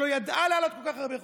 שלא ידעה להעלות כל כך הרבה חוקים.